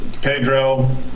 Pedro